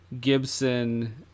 Gibson